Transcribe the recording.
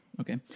Okay